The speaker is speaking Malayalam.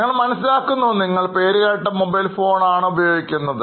ഞങ്ങൾ മനസ്സിലാക്കുന്നു നിങ്ങൾ പേരുകേട്ട മൊബൈൽ ഫോൺ ആണ്ഉപയോഗിക്കുന്നത്